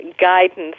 guidance